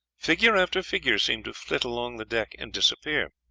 figure after figure seemed to flit along the deck and disappear.